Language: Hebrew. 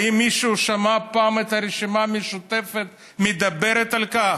האם מישהו שמע פעם את הרשימה המשותפת מדברת על כך?